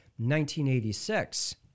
1986